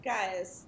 Guys